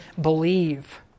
believe